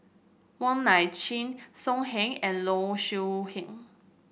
Wong Nai Chin So Heng and Low Siew Nghee